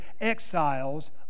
exiles